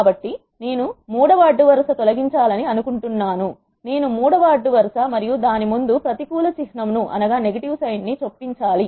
కాబట్టి నేను మూడవ అడ్డు వరుస తొలగించాలని అనుకుంటున్నాను కాబట్టి నేను మూడవ అడ్డు వరుస మరియు దాని ముందు ప్రతికూల చిహ్నం ను చొప్పించాలి